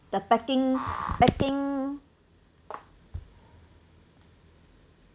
the packing packing